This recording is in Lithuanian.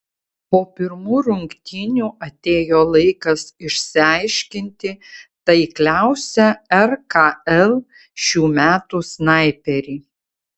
po pirmų rungtynių atėjo laikas išsiaiškinti taikliausią rkl šių metų snaiperį